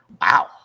wow